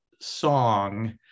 song